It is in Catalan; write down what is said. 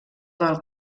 del